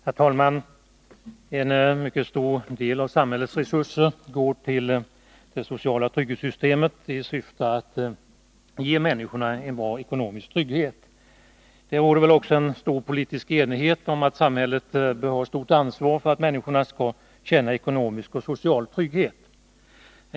Herr talman! En mycket stor del av samhällets resurser går till det sociala trygghetssystemet i syfte att ge människorna en bra ekonomisk trygghet. Det råder väl också en stor politisk enighet om att samhället bör ha ett stort ansvar för att människorna skall känna ekonomisk och social trygghet.